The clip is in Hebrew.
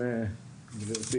רפי,